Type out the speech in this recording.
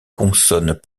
consonnes